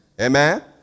Amen